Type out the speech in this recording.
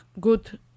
good